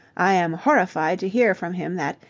i am horrified to hear from him that,